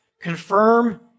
confirm